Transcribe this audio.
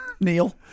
Neil